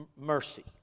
mercy